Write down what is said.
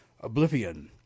Oblivion